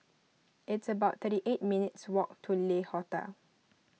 it's about thirty eight minutes' walk to Le Hotel